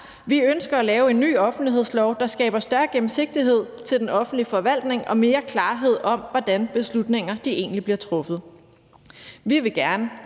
Vi ønsker at lave en ny offentlighedslov, der skaber større gennemsigtighed i den offentlige forvaltning og mere klarhed om, hvordan beslutninger egentlig bliver truffet.